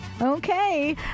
Okay